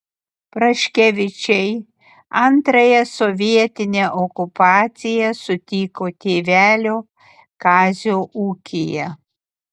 praškevičiai antrąją sovietinę okupaciją sutiko tėvelio kazio ūkyje